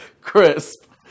crisp